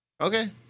Okay